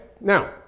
now